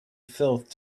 filth